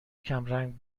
کمرنگ